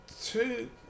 two